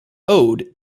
ode